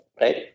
right